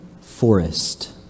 forest